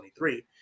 2023